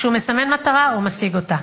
כשהוא מסמן מטרה הוא משיג אותה.